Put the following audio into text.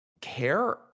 care